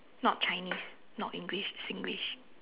not Chinese not English Singlish